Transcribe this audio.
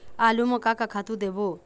आलू म का का खातू देबो?